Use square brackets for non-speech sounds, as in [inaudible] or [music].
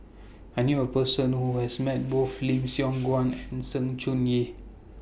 I knew A Person Who has Met Both [noise] Lim Siong Guan and Sng Choon Yee